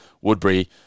Woodbury